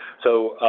so,